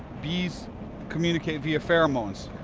bees communicate via pheromones